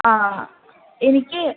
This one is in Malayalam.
ആ എനിക്ക്